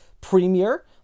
premier